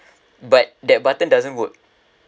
but that button doesn't work